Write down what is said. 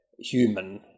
human